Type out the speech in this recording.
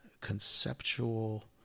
conceptual